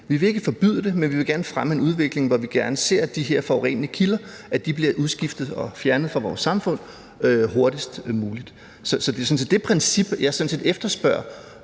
Vi vil ikke forbyde det, men vi vil gerne fremme en udvikling, hvor vi gerne ser, at de her forurenende kilder bliver udskiftet og fjernet fra vores samfund hurtigst muligt. Så det er det princip, jeg sådan set efterspørger